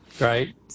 right